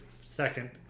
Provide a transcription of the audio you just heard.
second